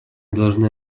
должны